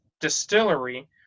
Distillery